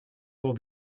will